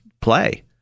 play